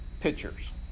pictures